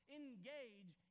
engage